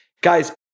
Guys